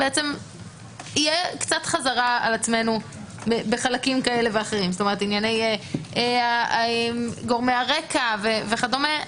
תהיה קצת חזרה על עצמנו בחלקים כאלה ואחרים גורמי הרקע וכדומה,